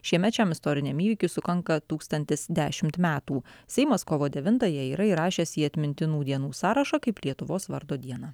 šiemet šiam istoriniam įvykiui sukanka tūkstantis dešimt metų seimas kovo devintąją yra įrašęs į atmintinų dienų sąrašą kaip lietuvos vardo diena